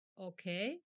okay